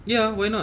ya why not